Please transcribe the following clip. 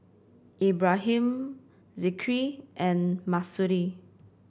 Ibrahim Zikri and Mahsuri